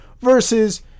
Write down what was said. Versus